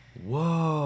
whoa